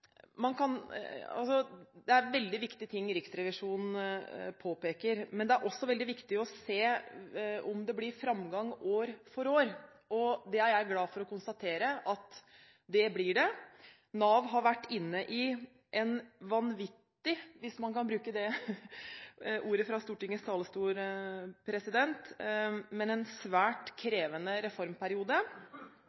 Det er veldig viktige ting Riksrevisjonen påpeker, men det er også veldig viktig at det blir framgang år for år. Det er jeg glad for å konstatere at det blir. Nav har vært inne i en vanvittig – hvis man kan bruke det ordet fra Stortingets talerstol – reformperiode, i hvert fall har den vært svært